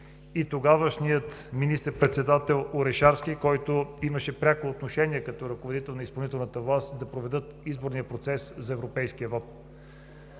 и тогавашният министър-председател Орешарски, който имаше пряко отношение като ръководител на изпълнителната власт, да проведат изборния процес за европейския вот.